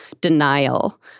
denial